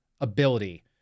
ability